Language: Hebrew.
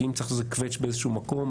כי אם צריך לעשות איזה כווץ' באיזשהו מקום,